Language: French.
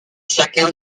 chacun